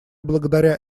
благодаря